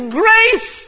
grace